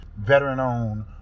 veteran-owned